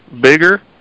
bigger